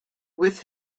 with